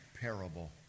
parable